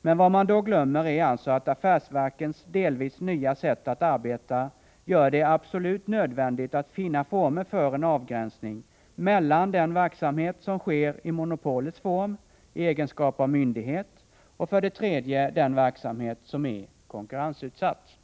men vad man då glömmer är att affärsverkens delvis nya sätt att arbeta gör det absolut nödvändigt att finna former för en avgränsning mellan den verksamhet som sker i monopolets form, den som bedrivs i egenskap av myndighet och, för det tredje, den som är konkurrensutsatt.